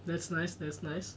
that's nice that's nice